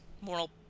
moral